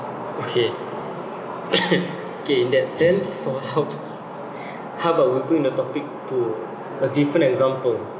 okay okay in that sense so how how about we put in the topic to a different example